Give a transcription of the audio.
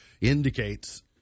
indicates